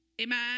Amen